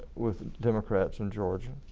with democrats in georgia.